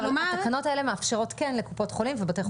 התקנות האלה כן מאפשרות לקופות חולים ולבתי חולים,